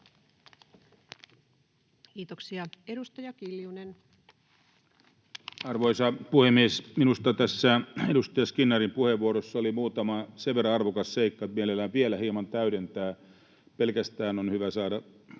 Time: 18:53 Content: Arvoisa puhemies! Minusta tässä edustaja Skinnarin puheenvuorossa oli muutama sen verran arvokas seikka, että mielellään vielä hieman täydennän. Pelkästään on hyvä saada,